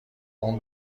اون